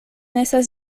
estas